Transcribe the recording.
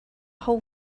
whole